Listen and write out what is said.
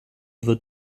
wird